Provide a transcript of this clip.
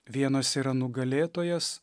vienas yra nugalėtojas